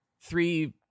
three